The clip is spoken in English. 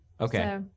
Okay